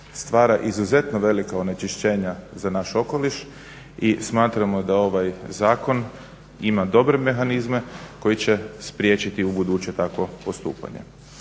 stvara izuzetno velika onečišćenja za naš okoliš i smatramo da ovaj zakon ima dobre mehanizme koji će spriječiti ubuduće takvo postupanje.